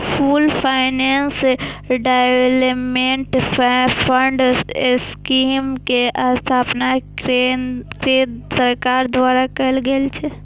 pooled finance development fund scheme के स्थापना केंद्र सरकार द्वारा कैल गेल छै